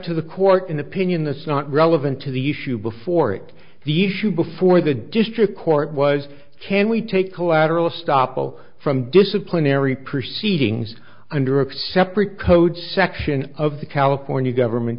to the court in opinion this not relevant to the issue before it the issue before the district court was can we take collateral estoppel from disciplinary proceedings under a separate code section of the california government